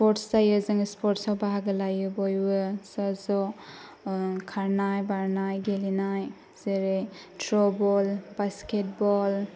sports जायो जों स्पर्टसआव बाहागो लायो बयबो ज' ज' खारनाय बारनाय गेलेनाय जेरै थ्र' बल बास्केट बल